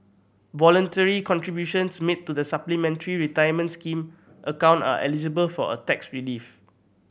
voluntary contributions made to the Supplementary Retirement Scheme account are eligible for a tax relief